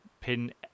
pin